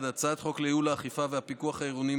הצעת חוק לייעול האכיפה והפיקוח העירוניים